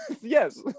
yes